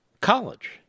College